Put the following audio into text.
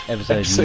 Episode